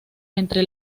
entre